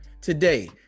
Today